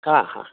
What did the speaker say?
ಹಾಂ ಹಾಂ